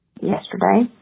yesterday